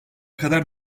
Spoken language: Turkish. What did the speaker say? kadar